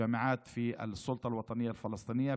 באוניברסיטאות ברשות הפלסטינית,